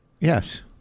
Yes